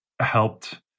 helped